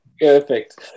Perfect